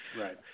Right